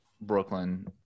brooklyn